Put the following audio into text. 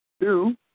Two